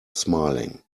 smiling